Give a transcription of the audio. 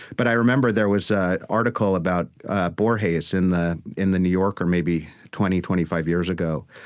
but i remember there was ah an article about borges in the in the new yorker maybe twenty, twenty five years ago.